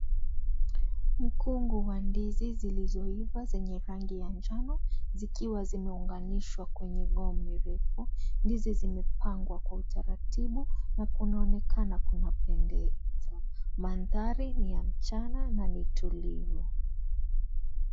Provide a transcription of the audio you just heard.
Mkungu wa ndizi zilizoiva zenye rangi ya njano zikiwa zimeunganishwa kwenye mgomba. Ndizi zimepangwa Kwa utaratibu na kunaonekana kuna pendeza. Mandhari ni ya mchana na ni tulivu.